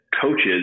coaches